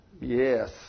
Yes